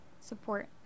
support